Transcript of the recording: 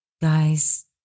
guys